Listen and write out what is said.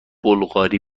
بلغاری